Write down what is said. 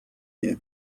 here